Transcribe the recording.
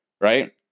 right